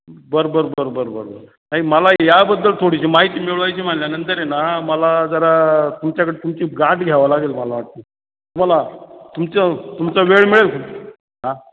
बरं बरं बरं बरं बरं बरं नाही मला याबद्दल थोडीशी माहिती मिळवायची म्हटल्यानंतर आहे ना मला जरा तुमच्याकडे तुमची गाठ घ्यावं लागेल मला वाटते तुम्हाला तुमचं तुमचं वेळ मिळेल हां